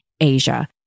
Asia